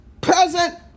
present